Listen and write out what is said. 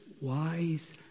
wise